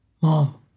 mom